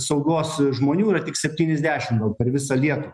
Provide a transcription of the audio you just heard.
saugos žmonių yra tik septyniasdešim gal per visą lietuvą